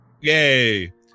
Yay